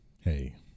hey